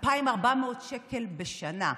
2,400 שקל בשנה,